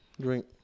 drink